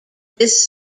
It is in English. this